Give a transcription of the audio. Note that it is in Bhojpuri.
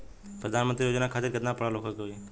प्रधानमंत्री योजना खातिर केतना पढ़ल होखे के होई?